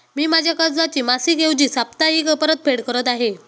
मी माझ्या कर्जाची मासिक ऐवजी साप्ताहिक परतफेड करत आहे